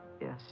Yes